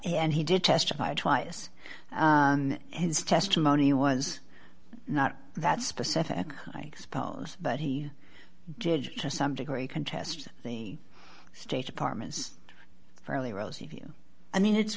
and he did testify twice his testimony was not that specific i suppose but he did to some degree contest the state department's fairly rosy view and then it's